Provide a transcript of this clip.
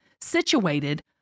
situated